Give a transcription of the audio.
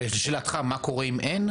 ולשאלתך מה קורה אם אין?